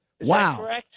Wow